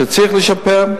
צריך לשפר,